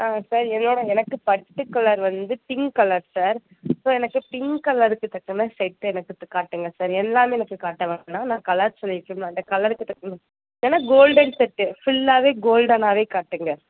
ஆ sir என்னோட எனக்கு பட்டு கலர் வந்து பிங்க் கலர் சார் இப்போ எனக்கு பிங்க் கலருக்கு தக்கன செட் எனக்கு காட்டுங்கள் சார் எல்லாமே எனக்கு காட்ட வேணாம் நான் கலர் சொல்லியிருக்கேன்ல அந்த கலருக்கு தக்கன இல்லைன்னா கோல்டன் செட்டு ஃபுல்லாவே கோல்டனாகவே காட்டுங்கள்